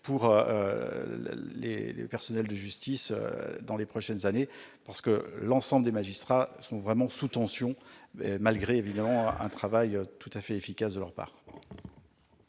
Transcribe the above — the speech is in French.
pour les personnels de justice dans les prochaines années, l'ensemble des magistrats étant vraiment sous tension, malgré un travail tout à fait efficace de leur part.